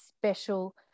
special